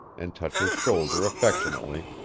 and touch her shoulder affectionately,